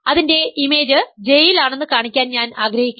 അതിൻറെ image J യിൽ ആണെന്ന് കാണിക്കാൻ ഞാൻ ആഗ്രഹിക്കുന്നു